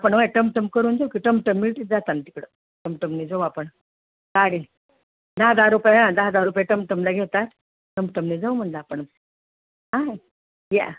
आपण होय टमटम करून जाऊ की टमटम मिळते जाताना तिकडं टमटमनी जाऊ आपण गाडी दहा दहा रुपये हा दहा दहा रुपये टमटमला घेतात टमटमने जाऊ म्हटले आपण या